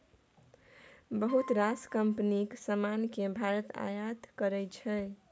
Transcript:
बहुत रास कंपनीक समान केँ भारत आयात करै छै